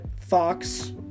Fox